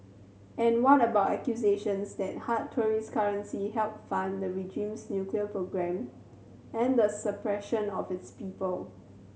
and what about accusations that hard tourist currency help fund the regime's nuclear program and the suppression of its people